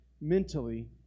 mentally